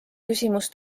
küsimus